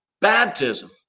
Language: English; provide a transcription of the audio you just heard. baptism